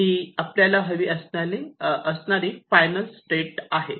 हि आपल्याला हवी असणारी फायनल स्टेट आहे